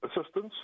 assistance